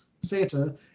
santa